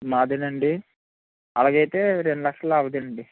మాదేనా అండి అలాగైతే రెండులక్షల్లో అవ్వదండి